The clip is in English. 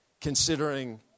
considering